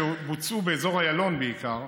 שבוצעו באזור איילון בעיקר.